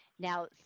Now